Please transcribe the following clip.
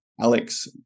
Alex